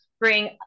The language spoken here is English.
bring